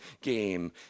game